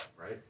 Right